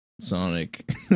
Sonic